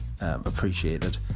appreciated